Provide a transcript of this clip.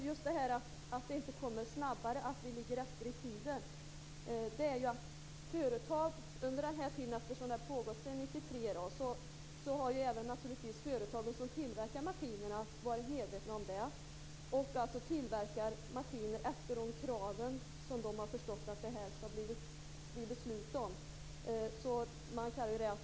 Orsaken till att vi ligger efter i tiden är att företagen har tillverkat maskiner efter de krav som vi nu skall besluta om.